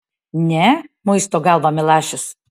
ne muisto galvą milašius